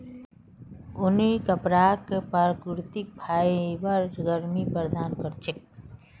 ऊनी कपराक प्राकृतिक फाइबर गर्मी प्रदान कर छेक